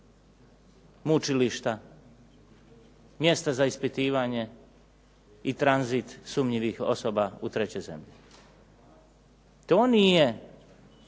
mučilišta, mjesta za ispitivanje i tranzit sumnjivih osoba u treće zemlje. To nije